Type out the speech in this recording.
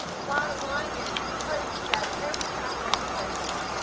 the bottom line is we try to do that every time we're in a crisis.